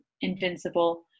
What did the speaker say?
invincible